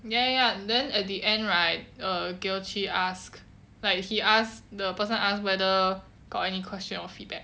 ya ya ya then at the end right err giltry ask like he ask the person asked whether got any questions or feedback